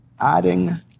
adding